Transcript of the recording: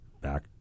back